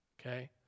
okay